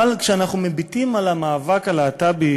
אבל כשאנחנו מביטים על המאבק הלהט"בי,